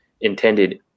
intended